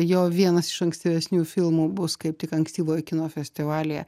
jo vienas iš ankstyvesniųjų filmų bus kaip tik ankstyvojo kino festivalyje